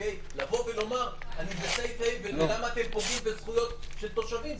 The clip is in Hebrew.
לבוא ולומר אני ב-safe haven ולמה אתם פוגעים בזכויות של תושבים?